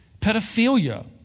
Pedophilia